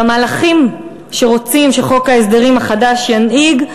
במהלכים שרוצים שחוק ההסדרים החדש ינהיג,